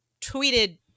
tweeted